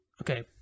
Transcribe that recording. okay